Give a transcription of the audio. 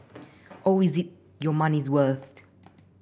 always eat your money's worth